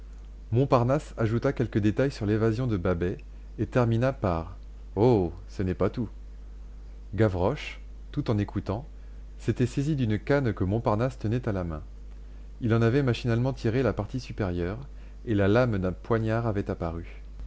montparnasse ajouta quelques détails sur l'évasion de babet et termina par oh ce n'est pas tout gavroche tout en écoutant s'était saisi d'une canne que montparnasse tenait à la main il en avait machinalement tiré la partie supérieure et la lame d'un poignard avait apparu